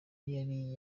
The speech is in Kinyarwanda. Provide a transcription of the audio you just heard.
yari